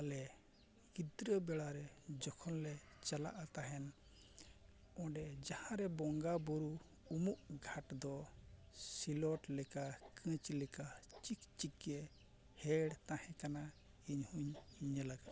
ᱟᱞᱮ ᱜᱤᱫᱽᱨᱟᱹ ᱵᱮᱲᱟ ᱨᱮ ᱡᱚᱠᱷᱚᱱ ᱞᱮ ᱪᱟᱞᱟᱜᱼᱟ ᱛᱟᱦᱮᱱ ᱚᱸᱰᱮ ᱡᱟᱦᱟᱸ ᱨᱮ ᱵᱚᱸᱜᱟ ᱵᱩᱨᱩ ᱩᱢᱩᱜ ᱜᱷᱟᱴ ᱫᱚ ᱥᱤᱞᱚᱴ ᱞᱮᱠᱟ ᱠᱟᱹᱪ ᱞᱮᱠᱟ ᱪᱤᱠᱪᱤᱠ ᱜᱮ ᱦᱮᱲ ᱛᱟᱦᱮᱸ ᱠᱟᱱᱟ ᱤᱧ ᱦᱚᱧ ᱧᱮᱞ ᱟᱠᱟᱫᱟ